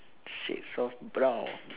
shade of brown